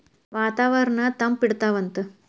ವಾತಾವರಣನ್ನ ತಂಪ ಇಡತಾವಂತ